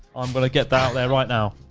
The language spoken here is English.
i'm gonna get that there right now.